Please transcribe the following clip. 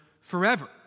forever